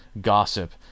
gossip